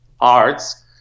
arts